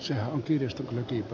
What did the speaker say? se on kiistaton kyky